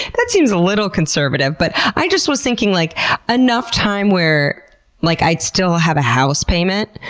that seems a little conservative, but i just was thinking, like enough time where like i'd still have a house payment.